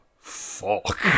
fuck